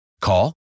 Call